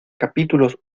capítulos